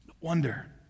wonder